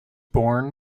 born